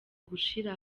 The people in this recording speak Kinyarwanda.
gushyira